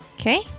Okay